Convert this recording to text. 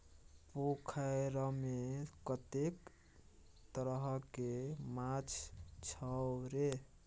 पोखैरमे कतेक तरहके माछ छौ रे?